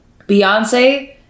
Beyonce